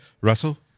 Russell